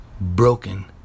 broken